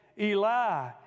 Eli